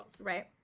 Right